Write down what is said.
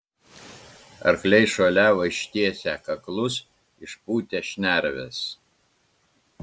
arkliai šuoliavo ištiesę kaklus išpūtę šnerves